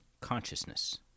consciousness